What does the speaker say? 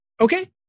okay